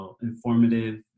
informative